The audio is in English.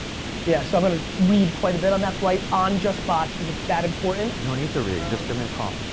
yeah. so i'm going to read quite a bit on that flight on just bots cause it's that important. you don't need to read, just give me a call.